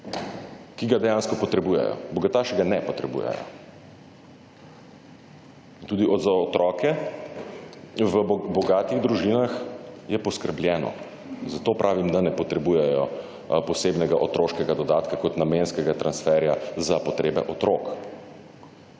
ki ga dejansko potrebujejo. Bogataši ga ne potrebujejo. Tudi za otroke v bogatih družinah je poskrbljeno, zato pravim, da ne potrebujejo posebnega otroškega dodatka, kot namenskega transferja kot